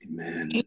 Amen